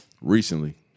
Recently